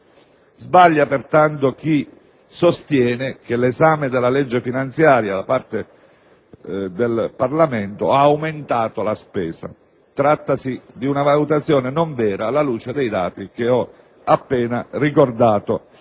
Sbaglia pertanto chi sostiene che l'esame della legge finanziaria da parte del Parlamento ha aumentato la spesa. Trattasi di una valutazione non vera. In particolare, con